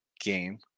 game